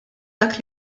dak